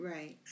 Right